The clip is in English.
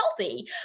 healthy